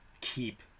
keep